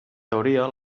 teoria